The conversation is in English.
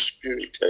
Spirit